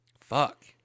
Fuck